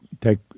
take